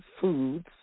foods